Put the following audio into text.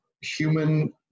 human